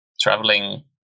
traveling